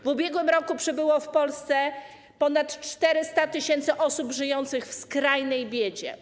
W ubiegłym roku przybyło w Polsce ponad 400 tys. osób żyjących w skrajnej biedzie.